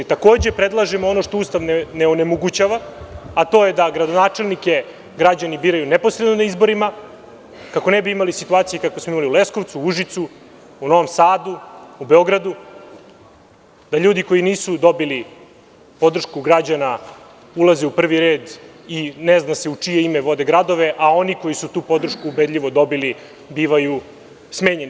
Takođe, predlažemo ono što Ustav ne onemogućava, a to je da gradonačelnike građani biraju neposredno na izborima kako ne bi imali situaciju kakvu smo imali u Leskovcu, Užicu, Novom Sadu, Beogradu, da ljudi koji nisu dobili podršku građana ulaze u prvi red i ne zna se u čije ime vode gradove, a oni koji su tu podršku ubedljivo dobili, bivaju smenjeni.